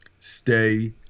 stay